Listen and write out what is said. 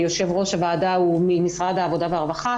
יו"ר הוועדה הוא ממשרד העבודה והרווחה.